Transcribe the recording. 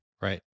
Right